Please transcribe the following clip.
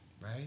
right